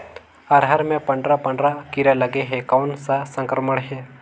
अरहर मे पंडरा पंडरा कीरा लगे हे कौन सा संक्रमण हे?